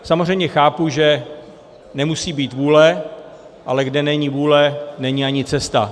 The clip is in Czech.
Samozřejmě chápu, že nemusí být vůle, ale kde není vůle, není ani cesta.